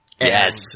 yes